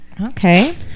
okay